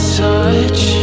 touch